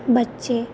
ਬੱਚੇ